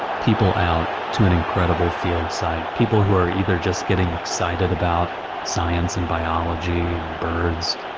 people out to an incredible field site, people who are either just getting excited about science and biology or birds,